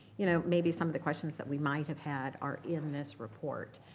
you know, maybe some of the questions that we might have had are in this report.